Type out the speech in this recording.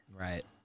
Right